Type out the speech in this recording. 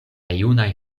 junaj